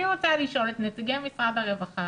אני רוצה לשאול את נציגי משרד הרווחה